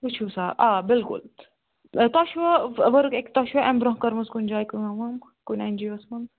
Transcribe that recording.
وچھِو سا آ بلکُل تۄہہِ چھُوَ ؤرک ایٚک تۄہہِ چھوَ امہ برونٛہہ کٔرمٕژ کُنہ جایہ کٲم وٲم کُنہ ایٚن جی او وس مَنٛز